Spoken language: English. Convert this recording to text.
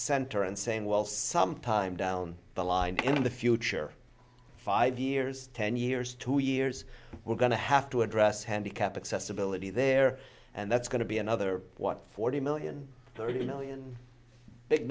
center and saying well sometime down the line in the future five years ten years two years we're going to have to address handicap accessibility there and that's going to be another what forty million thirty million big